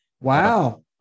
Wow